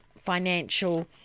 financial